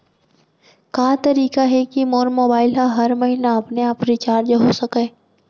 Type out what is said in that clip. का तरीका हे कि मोर मोबाइल ह हर महीना अपने आप रिचार्ज हो सकय?